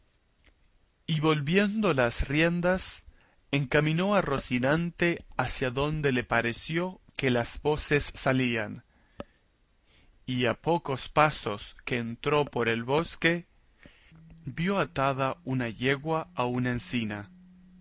y volviendo las riendas encaminó a rocinante hacia donde le pareció que las voces salían y a pocos pasos que entró por el bosque vio atada una yegua a una encina